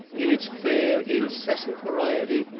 in its fair incessant variety,